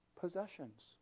possessions